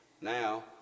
now